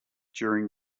during